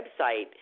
website